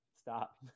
Stop